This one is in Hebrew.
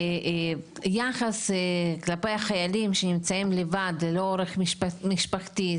יחס כלפי החיילים שנמצאים לבד ללא עורף משפחתי,